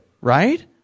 right